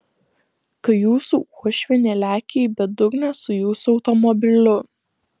kai jūsų uošvienė lekia į bedugnę su jūsų automobiliu